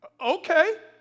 Okay